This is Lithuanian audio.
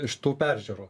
iš tų peržiūrų